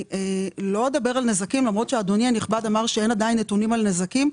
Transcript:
לא אדבר על נזקים למרות שאדוני הנכבד אמר שעדיין אין נתונים על נזקים,